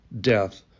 death